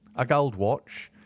a gold watch,